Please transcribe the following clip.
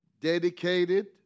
dedicated